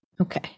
Okay